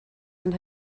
and